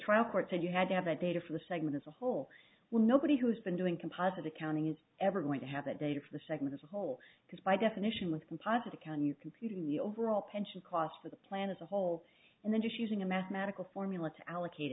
trial court said you had to have a data for the segment as a whole when nobody has been doing composite accounting is ever going to have that data for the segment as a whole because by definition with composite accounting you computing the overall pension cost of the plan as a whole and then just using a mathematical formula to allocate